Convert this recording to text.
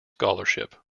scholarship